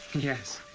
yes,